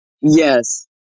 Yes